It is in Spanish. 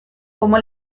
como